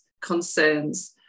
concerns